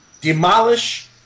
Demolish